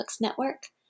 Network